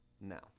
now